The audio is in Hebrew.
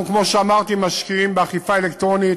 כמו שאמרתי, אנחנו משקיעים באכיפה אלקטרונית.